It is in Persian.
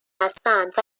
هستند